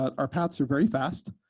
our paths are very fast.